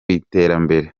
iterambere